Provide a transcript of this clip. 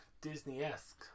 disney-esque